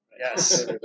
Yes